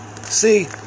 see